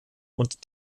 und